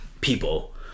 people